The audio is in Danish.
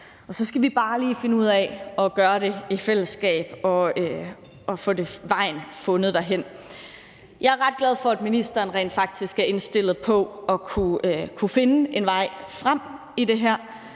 Så skal vi bare lige finde ud af at gøre det i fællesskab og finde vejen derhen. Jeg er ret glad for, at ministeren rent faktisk er indstillet på at finde en vej frem i det her,